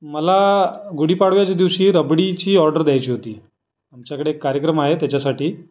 मला गुढीपाडव्याच्या दिवशी रबडीची ऑर्डर द्यायची होती आमच्याकडे एक कार्यक्रम आहे त्याच्यासाठी